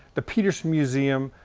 the petersen museum.